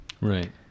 right